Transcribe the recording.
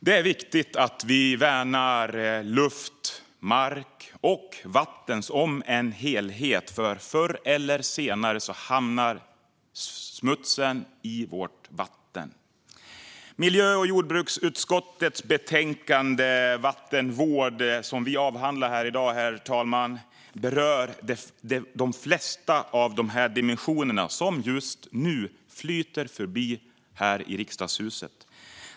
Det är viktigt att vi värnar luft, mark och vatten som en helhet, för förr eller senare hamnar smutsen i vårt vatten. Miljö och jordbruksutskottets betänkande Vattenvård som vi avhandlar här i dag, herr talman, berör de flesta av de dimensioner som just nu flyter förbi här utanför Riksdagshuset.